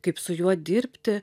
kaip su juo dirbti